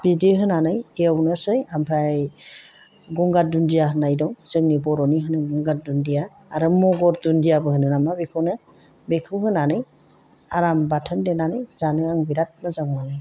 बिदि होनानै एवनोसै ओमफ्राय गंगार दुन्दिया होनाय दं जोंंनि बर'नि होनो गंगार दुन्दिया आरो मगर दुन्दिया होनो नामा बेखौनो बेखौ होनानै आराम बाथोन देनानै जानो आं बिराद मोजां मोनो